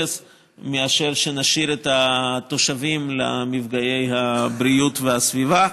מאשר שנשאיר את התושבים למפגעי הבריאות והסביבה.